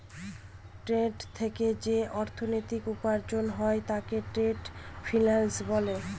trade থেকে যে অর্থনীতি উপার্জন হয় তাকে ট্রেড ফিন্যান্স বলে